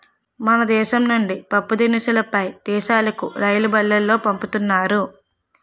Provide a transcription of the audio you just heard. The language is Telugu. మన దేశం నుండి పప్పుదినుసులు పై దేశాలుకు రైలుబల్లులో పంపుతున్నారు